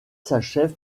s’achève